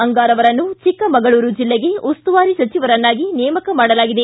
ಅಂಗಾರ ಅವರನ್ನು ಚಿಕ್ಕಮಗಳೂರು ಜಿಲ್ಲೆಗೆ ಉಸ್ತುವಾರಿ ಸಚಿವರನ್ನಾಗಿ ನೇಮಕ ಮಾಡಲಾಗಿದೆ